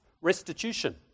restitution